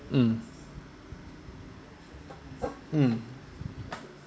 mm mm